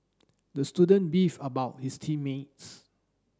the student beefed about his team mates